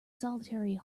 solitary